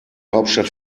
hauptstadt